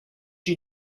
you